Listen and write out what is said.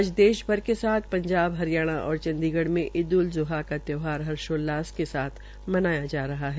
आज देशभर के साथ पंजाब हरियाणा और चंडीगढ़ में ईद उल ज़्हा का त्यौहार हर्षोल्लास के साथ मनाया रहा है